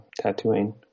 tattooing